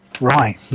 right